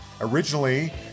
originally